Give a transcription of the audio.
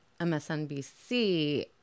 MSNBC